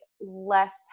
less